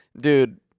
Dude